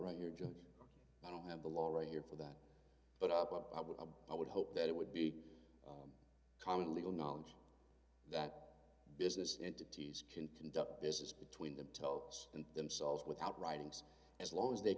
right you're just i don't have the law right here for that but up with a i would hope that it would be common legal knowledge that business entities can conduct business between the telcos and themselves without writings as long as they